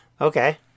Okay